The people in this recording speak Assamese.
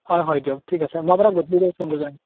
হয় হয় দিয়ক ঠিক আছে মই আপোনাক গধূলিকৈ ফোন কৰি জনাই দিম